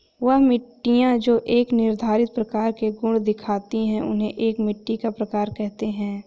वह मिट्टियाँ जो एक निर्धारित प्रकार के गुण दिखाती है उन्हें एक मिट्टी का प्रकार कहते हैं